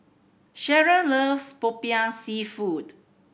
Cherryl loves Popiah Seafood